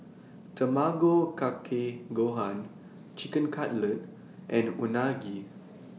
Tamago Kake Gohan Chicken Cutlet and Unagi